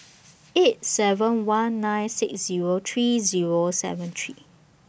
eight seven one nine six Zero three Zero seven three